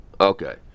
Okay